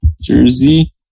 jersey